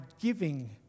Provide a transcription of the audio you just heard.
giving